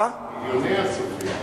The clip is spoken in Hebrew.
מיליוני, מיליוני הצופים.